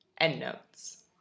Endnotes